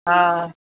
हा